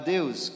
Deus